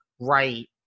right